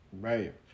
Right